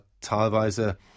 teilweise